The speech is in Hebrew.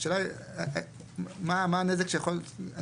השאלה היא מה, מה הנזק שיכול לקרות.